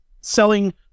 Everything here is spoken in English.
selling